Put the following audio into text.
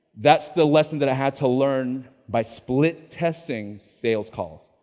that's the lesson that i had to learn by split-testing sales calls.